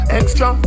extra